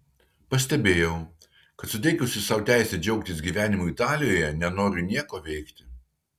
pastebėjau kad suteikusi sau teisę džiaugtis gyvenimu italijoje nenoriu nieko veikti